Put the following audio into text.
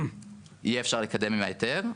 יהיה אפשר לקדם את ההיתר,